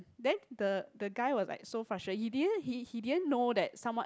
then the the guy was like so frustrated he didn't he didn't know that someone